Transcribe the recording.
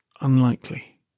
unlikely